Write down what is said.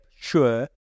sure